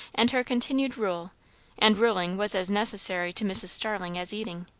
and her continued rule and ruling was as necessary to mrs. starling as eating.